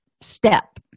step